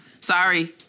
sorry